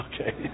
okay